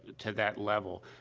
to that level.